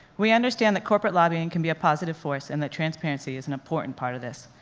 we understand that corporate lobbying can be a positive force and that transparency is an important part of this.